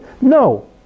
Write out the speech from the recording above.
No